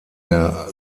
der